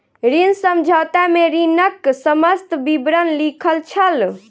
ऋण समझौता में ऋणक समस्त विवरण लिखल छल